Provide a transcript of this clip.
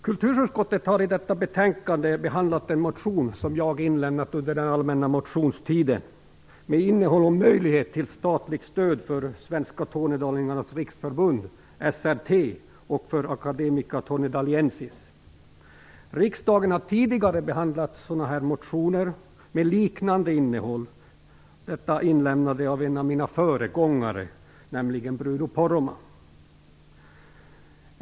Kulturutskottet har i detta betänkande behandlat en motion som jag inlämnat under den allmänna motionstiden, innehållande förslag om statligt stöd för Academia Tornedaliensis. Riksdagen har tidigare behandlat motioner med liknande innehåll inlämnade av en av mina föregångare, nämligen Bruno Poromaa.